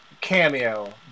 cameo